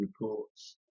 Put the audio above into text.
Reports